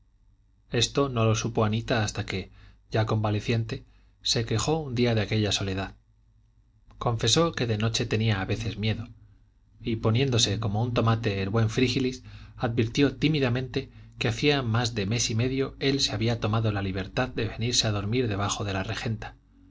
esto no lo supo anita hasta que ya convaleciente se quejó un día de aquella soledad confesó que de noche tenía a veces miedo y poniéndose como un tomate el buen frígilis advirtió tímidamente que hacía más de mes y medio él se había tomado la libertad de venirse a dormir debajo de la regenta